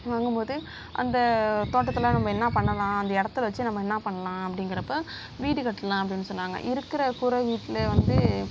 வாங்கும்போது அந்த தோட்டத்தில் நம்ம என்ன பண்ணலாம் அந்த இடத்த வச்சி நம்ம என்ன பண்ணலாம் அப்படிங்கிறப்ப வீடு கட்டலாம் அப்படின்னு சொன்னாங்க இருக்கிற கூரை வீட்டில வந்து